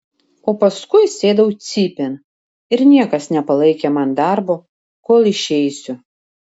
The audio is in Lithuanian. o paskui sėdau cypėn ir niekas nepalaikė man darbo kol išeisiu